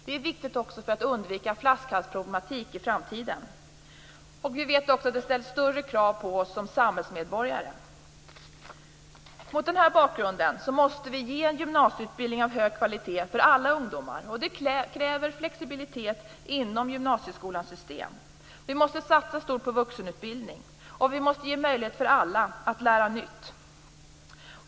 Det är viktigt också för att undvika flaskhalsproblematik i framtiden. Vi vet också att det ställs större krav på oss som samhällsmedborgare. Mot denna bakgrund måste vi ge en gymnasieutbildning av hög kvalitet till alla ungdomar. Det kräver flexibilitet inom gymnasieskolans system. Vi måste satsa stort på vuxenutbildning, och vi måste ge möjlighet för alla att lära nytt.